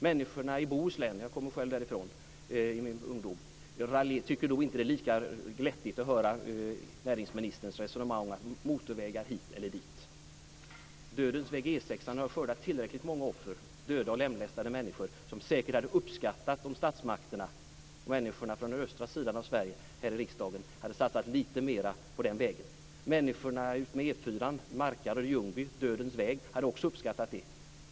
Människorna i Bohuslän - jag kommer själv därifrån i min ungdom - tycker nog inte att det är lika glättigt att höra näringsministerns resonemang om motorvägar hit eller dit. Dödens väg på E 6:an har skördat tillräckligt många offer i döda och lemlästade människor. De hade säkert uppskattat om statsmakterna och människorna från den östra sidan av Sverige här i riksdagen hade satsat lite mer på den vägen. Människorna utmed dödens väg på E 4:an i Markaryd och Ljungby hade också uppskattat det.